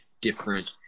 different